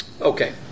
Okay